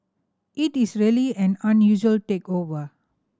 it is really an unusual takeover